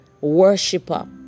worshiper